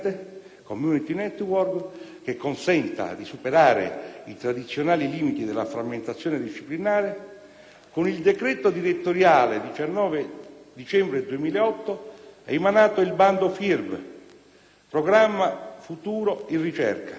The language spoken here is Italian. (*community network*), che consenta di superare i tradizionali limiti della frammentazione disciplinare, con il decreto direttoriale 19 dicembre 2008 ha emanato il bando FIRB (Fondo per